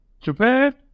Japan